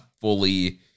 fully